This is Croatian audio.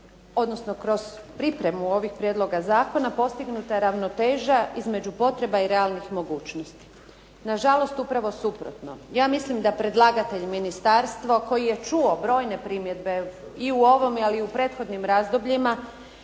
odnosno kroz pripremu ovih prijedloga zakona postignuta ravnoteža između potreba i realnih mogućnosti. Nažalost upravo suprotno. Ja mislim da predlagatelj ministarstvo, koji je čuo brojne primjedbe i u ovom ali i u prethodnim razdobljima